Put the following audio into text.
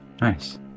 nice